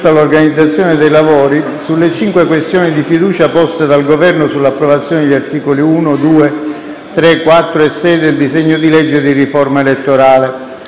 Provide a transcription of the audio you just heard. all'organizzazione dei lavori sulle cinque questioni di fiducia poste dal Governo sull'approvazione degli articoli 1, 2, 3, 4 e 6 del disegno di legge di riforma elettorale.